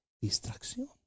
distracción